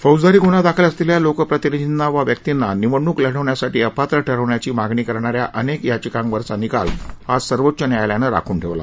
फौजदारी गुन्हा दाखल असलेलया लोकप्रतिनिधींना वा व्यक्तींना निवडणूक लढवण्यासाठी अपात्र ठरवण्याची मागणी करणा या अनेक याचिकांवरचा निकाल आज सर्वोच्च न्यायालयानं राखून ठेवला